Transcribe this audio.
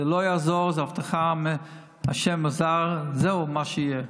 זה לא יעזור, זו הבטחה: ה' עזר, זה מה שיהיה.